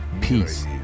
peace